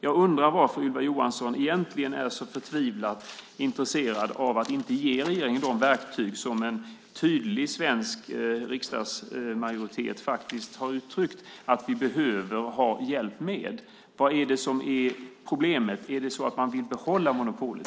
Jag undrar varför Ylva Johansson egentligen är så förtvivlat intresserad av att inte ge regeringen de verktyg som en tydlig svensk riksdagsmajoritet har uttryckt att vi behöver hjälp med. Vad är det som är problemet? Vill man behålla monopolet?